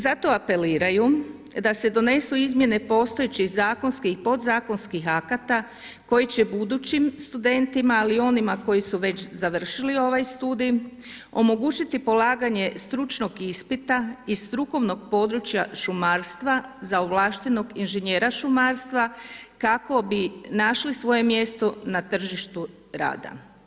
Zato apeliraju da se donosu izmjene postojećih zakonskih, podzakonskih akata koji će budućim studentima ali i onima koji su već završili ovaj studij omogućiti polaganje stručnog ispita iz strukovnog područja šumarstva za ovlaštenog inženjera šumarstva kako bi našli svoje mjesto na tržištu rada.